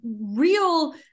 real